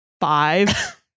five